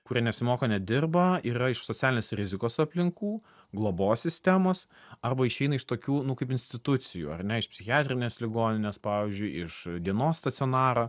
kurie nesimoko nedirba yra iš socialinės rizikos aplinkų globos sistemos arba išeina iš tokių kaip institucijų ar ne iš psichiatrinės ligoninės pavyzdžiui iš dienos stacionaro